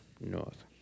north